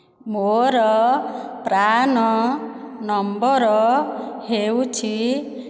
ମୋର PRAN number ହେଉଛି